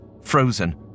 frozen